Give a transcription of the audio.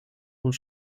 und